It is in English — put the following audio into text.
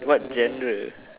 what genre